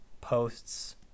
posts